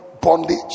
bondage